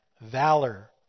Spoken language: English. valor